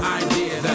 idea